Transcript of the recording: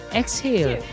exhale